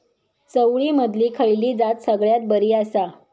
चवळीमधली खयली जात सगळ्यात बरी आसा?